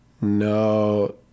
no